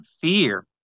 fear